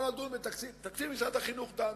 בתקציב משרד החינוך דנו.